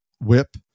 WHIP